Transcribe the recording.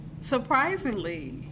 surprisingly